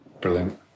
Brilliant